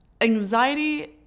anxiety